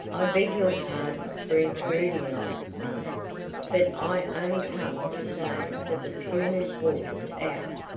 i beg your pardon for intruding like, mum, but i only come to say that the schooner's warped out,